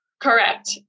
Correct